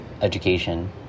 education